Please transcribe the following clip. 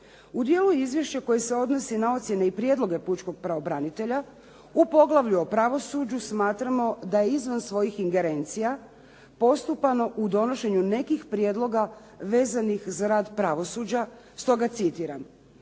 U dijelu izvješća koji se odnosi na ocjene i prijedloge pučkog pravobranitelja u poglavlju o pravosuđu smatramo da je izvan svojih ingerencija postupano u donošenju nekih prijedlog vezanih za rad pravosuđa stoga citiram: